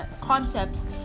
concepts